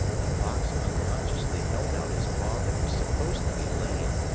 the fox unconsciously held out his paw that was supposed to be lame,